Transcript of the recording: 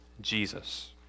Jesus